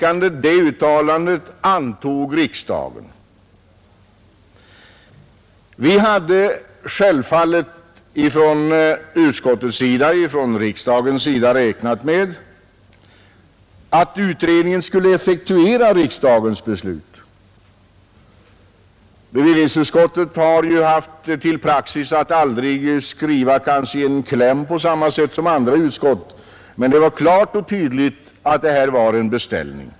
Riksdagen räknade självfallet med att utredningen skulle effektuera dess beslut. Bevillningsutskottet hade visserligen följt sin praxis att inte skriva yrkandet i klämmen, vilket andra utskott vanligtvis gjorde, men det framgick klart och tydligt att det var fråga om en beställning.